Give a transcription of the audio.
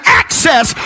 access